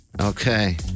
Okay